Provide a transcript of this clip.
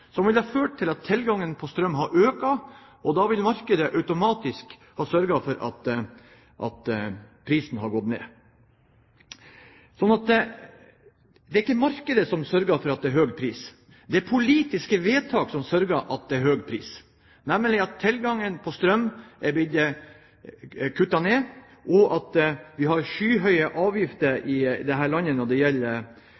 som ville ha ført at tilgangen til strøm hadde økt. Da ville markedet automatisk ha sørget for at prisen gikk ned. Så det er ikke markedet som sørger for at det er høy pris. Det er politiske vedtak som sørger for at det er høy pris, for tilgangen på strøm er blitt kuttet, og vi har skyhøye avgifter